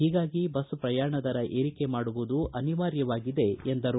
ಹೀಗಾಗಿ ಬಸ್ ಪ್ರಯಾಣ ದರ ಏರಿಕೆ ಮಾಡುವುದು ಅನಿವಾರ್ಯವಾಗಿದೆ ಎಂದರು